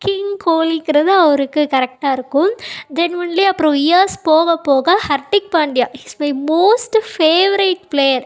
king கோலிங்கிறது அவருக்கு கரெக்ட்டாக இருக்கும் தென் ஒன்லி அப்புறம் இயர்ஸ் போகப் போக Hardik Pandya he is my most favourite player